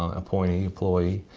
appointee glory.